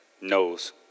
knows